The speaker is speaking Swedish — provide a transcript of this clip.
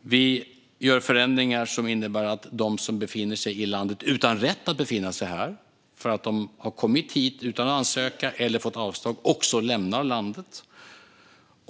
Vi gör förändringar som innebär att de som befinner sig i landet utan rätt att befinna sig här - för att de har kommit hit utan ansökan eller fått avslag - också lämnar landet.